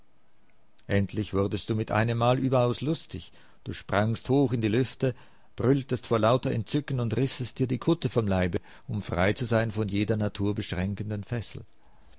endlich wurdest du mit einemmal überaus lustig du sprangst hoch in die lüfte brülltest vor lauter entzücken und rissest dir die kutte vom leibe um frei zu sein von jeder naturbeschränkenden fessel dein